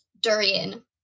durian